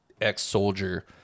ex-soldier